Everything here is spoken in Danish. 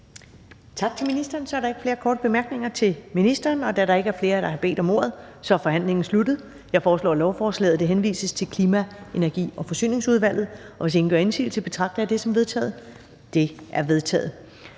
Tak til ministeren. Så er der ikke flere korte bemærkninger til ministeren. Da der ikke er flere, der har bedt om ordet, er forhandlingen sluttet. Jeg foreslår, at lovforslaget henvises til Klima-, Energi- og Forsyningsudvalget. Hvis ingen gør indsigelse, betragter jeg det som vedtaget. Det er vedtaget.